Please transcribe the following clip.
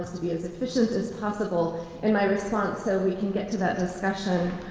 to be as efficient as possible in my response so we can get to that discussion.